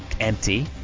Empty